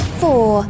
four